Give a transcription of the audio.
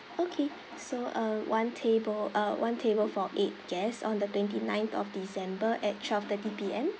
okay so uh one table uh one table for eight guests on the twenty ninth of december at twelve thirty P_M